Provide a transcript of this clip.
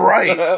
Right